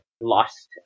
Lost